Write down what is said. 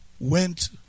went